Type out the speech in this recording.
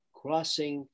crossing